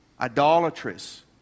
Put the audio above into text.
idolatrous